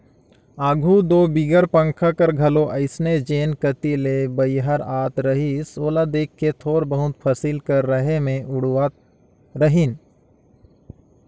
आघु दो बिगर पंखा कर घलो अइसने जेन कती ले बईहर आत रहिस ओला देख के थोर बहुत फसिल कर रहें मे उड़वात रहिन